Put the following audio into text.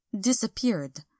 disappeared